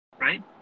right